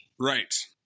right